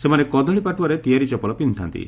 ସେମାନେ କଦଳୀ ପାଟୁଆରେ ତିଆରି ଚପଲ ପିଛିଥାନ୍ତି